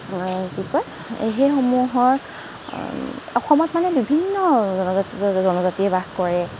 কি কয় সেইসমূহৰ অসমত মানে বিভিন্ন জনজাতিয়ে বাস কৰে